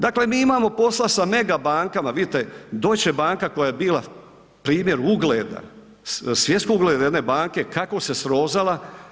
Dakle, mi imamo posla sa mega bankama, vidite Deutsche Banka koja je bila primjer ugleda, svjetskog ugleda jedne banke kako se srozala.